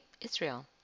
Israel